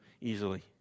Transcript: easily